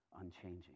unchanging